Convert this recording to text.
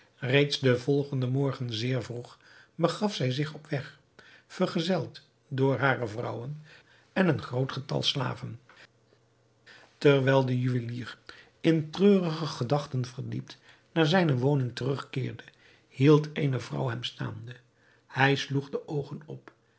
reeds den volgenden morgen zeer vroeg begaf zij zich op weg vergezeld door hare vrouwen en een groot getal slaven terwijl de juwelier in treurige gedachten verdiept naar zijne woning terugkeerde hield eene vrouw hem staande hij sloeg de oogen op